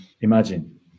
imagine